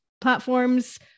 platforms